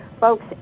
Folks